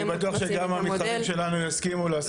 אני בטוח שגם המתחרים שלנו יסכימו לעשות-